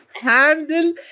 handle